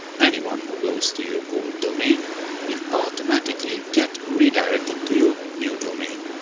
anyone who goes to your old domain will automatically get redirected to your new domain.